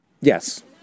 Yes